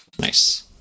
Nice